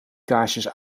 kaarsjes